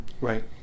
Right